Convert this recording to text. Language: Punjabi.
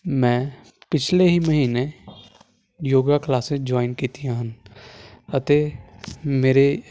ਮੈਂ ਪਿਛਲੇ ਹੀ ਮਹੀਨੇ ਯੋਗਾ ਕਲਾਸਿਜ ਜੁਆਇਨ ਕੀਤੀਆਂ ਹਨ ਅਤੇ ਮੇਰੇ